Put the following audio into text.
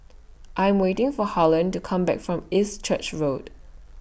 I Am waiting For Harlen to Come Back from East Church Road